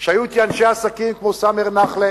שהיו אתי אנשי עסקים כמו סאמר נח'לה